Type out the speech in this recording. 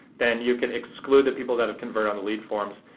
then you can exclude the people that have converted on the lead forms,